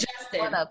Justin